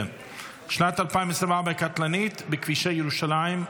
הנושא שנת 2024 היא הקטלנית בכבישי ירושלים,